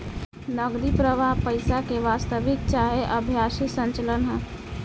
नगदी प्रवाह पईसा के वास्तविक चाहे आभासी संचलन ह